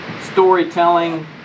storytelling